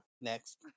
Next